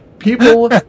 People